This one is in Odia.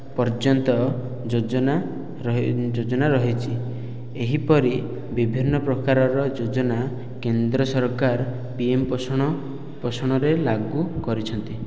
ପର୍ଯ୍ୟନ୍ତ ଯୋଜନା ଯୋଜନା ରହିଛି ଏହିପରି ବିଭିନ୍ନ ପ୍ରକାରର ଯୋଜନା କେନ୍ଦ୍ର ସରକାର ପିଏମ୍ ପୋଷଣ ପୋଷଣରେ ଲାଗୁ କରିଛନ୍ତି